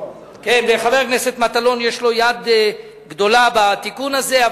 לחבר הכנסת מטלון יש יד גדולה בתיקון הזה,